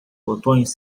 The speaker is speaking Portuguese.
botões